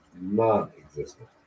non-existent